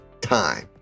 time